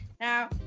Now